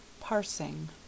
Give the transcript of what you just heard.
Parsing